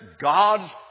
God's